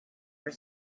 your